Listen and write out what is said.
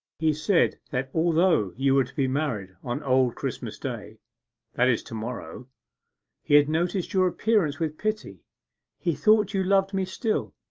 he said that although you were to be married on old christmas day that is to-morrow he had noticed your appearance with pity he thought you loved me still.